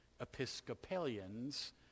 Episcopalians